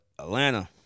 Atlanta